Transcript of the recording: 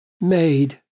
made